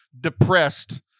depressed